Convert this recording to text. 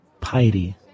piety